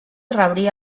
rebria